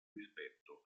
rispetto